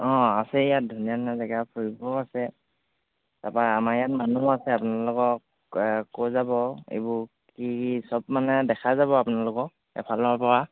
অঁ আছে ইয়াত ধুনীয়া ধুনীয়া জেগা ফুৰিবও আছে তাৰপা আমাৰ ইয়াত মানুহ আছে আপোনালোকক ক'ত যাব এইবোৰ কি চব মানে দেখাই যাব আপোনালোকক এফালৰ পৰা